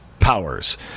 powers